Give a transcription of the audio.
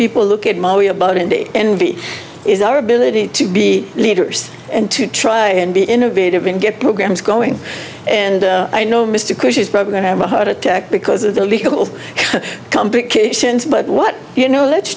people look at most about indie envy is our ability to be leaders and to try and be innovative and get programs going and i know mystically she's probably going to have a heart attack because of the legal complications but what you know let's